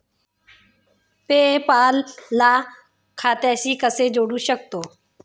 पे पाल ला बँक खात्याशी कसे जोडू शकतो?